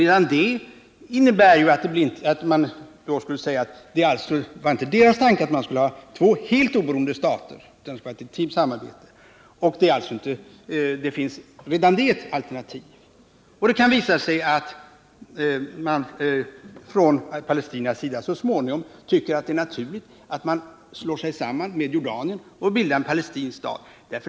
Redan det innebar att det inte var deras tanke att man skulle ha två helt oberoende stater, utan de skulle ha ett intimt samarbete, och det är ju ett alternativ. Det kan komma att visa sig att man från palestiniernas sida så småningom tycker att det är naturligt att slå sig samman med Jordanien för att bilda en palestinsk stat.